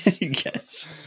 yes